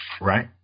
right